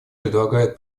предлагает